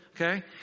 Okay